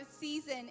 season